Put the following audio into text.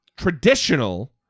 traditional